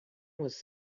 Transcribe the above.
was